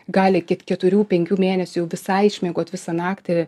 gali ket keturių penkių mėnesių jau visai išmiegot visą naktį